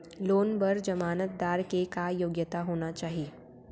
Loan बर जमानतदार के का योग्यता होना चाही?